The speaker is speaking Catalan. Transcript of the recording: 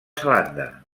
zelanda